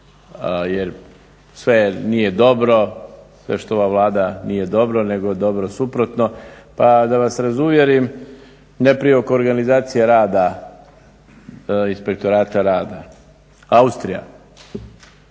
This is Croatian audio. jer sve nije dobro, sve što ova Vlada nije dobro nego je dobro suprotno. Pa da vas razuvjerim, najprije oko organizacije rada inspektorata rada. Austrija,